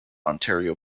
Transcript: ontario